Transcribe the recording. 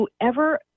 whoever